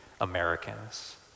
Americans